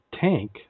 tank